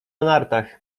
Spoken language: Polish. nartach